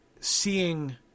Seeing